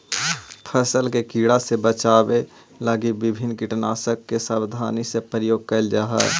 फसल के कीड़ा से बचावे लगी विभिन्न कीटनाशक के सावधानी से प्रयोग कैल जा हइ